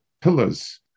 pillars